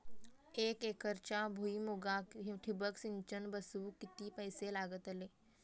एक एकरच्या भुईमुगाक ठिबक सिंचन बसवूक किती पैशे लागतले?